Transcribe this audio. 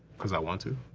cause i want to.